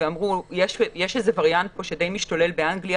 ואמרו שיש איזה וריאנט שדי משתולל באנגליה,